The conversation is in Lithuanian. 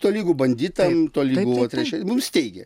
tolygu banditam tolygu vat reiškia mums teigė